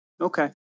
Okay